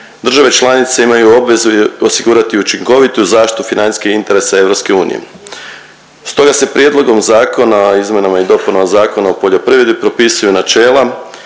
države članice imaju obvezu osigurati učinkovitu zaštitu financijskih interesa EU. Stoga se prijedlogom zakona o izmjenama i dopunama Zakona o poljoprivredi propisuju načela